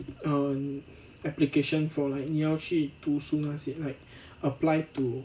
um application for like 你要去读书那些 like apply to